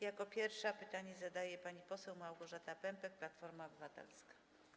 Jako pierwsza pytanie zadaje pani poseł Małgorzata Pępek, Platforma Obywatelska.